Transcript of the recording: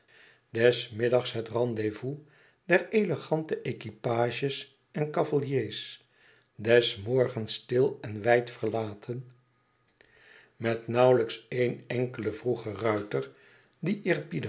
des middags het rendez-vous der elegante equipages en cavaliers des morgens stil en wijd verlaten met nauwlijks éen enkelen vroegen ruiter die